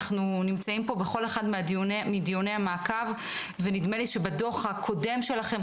אנחנו נמצאים פה בכל אחד מדיוני המעקב ונדמה לי שבדוח הקודם שלכם,